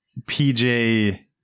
PJ